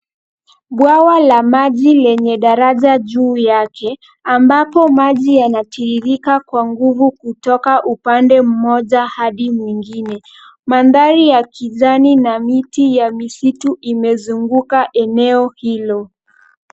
Bwawa la maji lenye daraja juu yake, ambapo maji yanatiririka, kwa nguvu kutoka upande mmoja, hadi mwingine. Mandhari ya kijani na miti, ya misitu imezunguka eneo hilo.